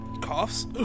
coughs